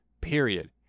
period